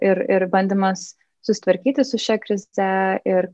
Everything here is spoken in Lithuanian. ir ir bandymas susitvarkyti su šia krize ir